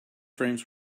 frames